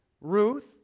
Ruth